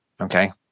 Okay